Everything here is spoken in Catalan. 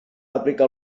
aplica